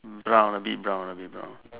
brown a bit brown a bit brown